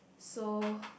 so